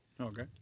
Okay